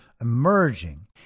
emerging